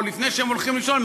או לפני שהם הולכים לישון,